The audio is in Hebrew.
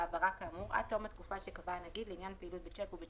אבל את ההבהרה הזאת צריך להבין גם בצד המשפטי.